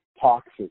toxic